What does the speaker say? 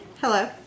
Hello